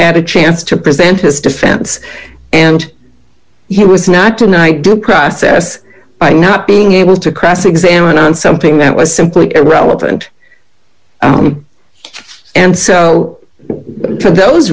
had a chance to present his defense and he was not tonight due process by not being able to cross examine on something that was simply irrelevant and so for those